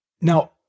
Now